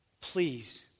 Please